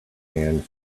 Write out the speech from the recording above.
and